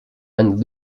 and